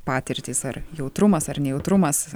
patirtys ar jautrumas ar nejautrumas